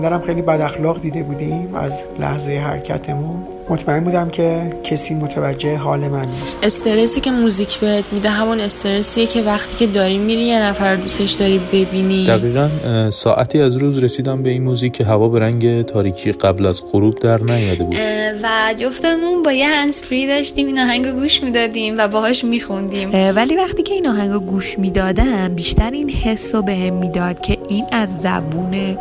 دارم خیلی بداخلاق دیده بودیم از لحظه حرکتمون. مطمئن بودم که کسی متوجه حال من نیست. استرسی که موزیک بهت میده همون استرسیه که وقتی که داری میری یه نفر دوستش داری ببینی. دقیقاً، اه، ساعتی از روز رسیدم به این موزیک که هوا به رنگ تاریکی قبل از غروب در نیامده بود. اه، و جفتمون با یه هندزفری داشتیم، این آهنگ رو گوش میدادیم و باهاش میخوندیم. اه، ولی وقتی که این آهنگ رو گوش میدادم، بیشتر این حس رو بهم میداد که این از زبون